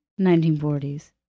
1940s